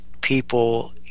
people